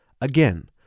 Again